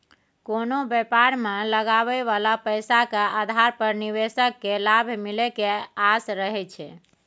कोनो व्यापार मे लगाबइ बला पैसा के आधार पर निवेशक केँ लाभ मिले के आस रहइ छै